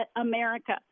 America